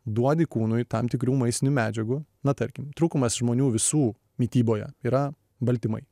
duodi kūnui tam tikrų maistinių medžiagų na tarkim trūkumas žmonių visų mityboje yra baltymai